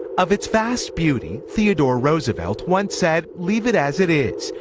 of it's vast beauty, theodore roosevelt once said leave it as it is,